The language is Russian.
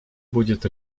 будет